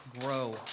grow